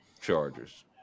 Chargers